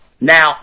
Now